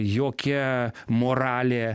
jokia moralė